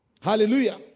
Hallelujah